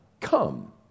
come